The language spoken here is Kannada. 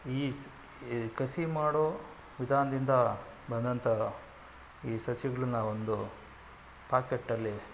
ಈ ಸ ಈ ಕಸಿ ಮಾಡೋ ವಿಧಾನ್ದಿಂದ ಬಂದಂಥ ಈ ಸಸಿಗಳನ್ನು ಒಂದು ಪಾಕೇಟಲ್ಲಿ